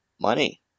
money